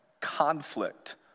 conflict